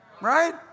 right